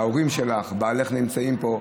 ההורים שלך ובעלך נמצאים פה.